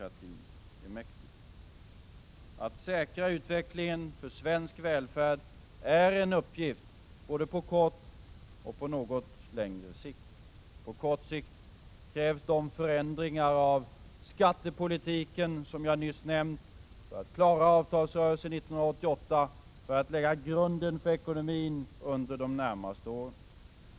Att säkra utvecklingen för svensk välfärd är en uppgift både på kort och på något längre sikt. På kort sikt krävs de förändringar av skattepolitiken som jag har nämnt nyss — för att klara avtalsrörelsen 1988 och lägga grunden för ekonomin under de närmaste åren.